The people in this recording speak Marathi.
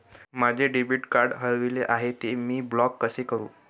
माझे डेबिट कार्ड हरविले आहे, ते मी ब्लॉक कसे करु?